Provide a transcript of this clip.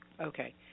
Okay